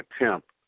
attempt